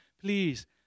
Please